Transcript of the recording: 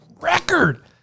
record